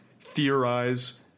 theorize